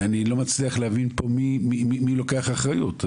אני לא מצליח להבין פה מי לוקח אחריות,